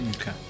Okay